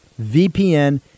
VPN